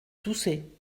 tousser